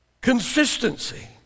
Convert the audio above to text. consistency